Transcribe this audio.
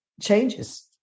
changes